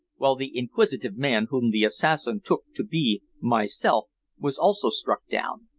while the inquisitive man whom the assassin took to be myself was also struck down.